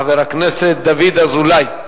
חבר הכנסת דוד אזולאי.